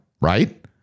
right